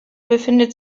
befindet